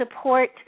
support